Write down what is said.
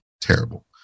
terrible